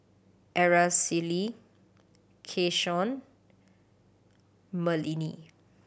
Aracely Keshawn Merlene